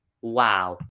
Wow